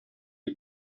you